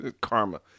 karma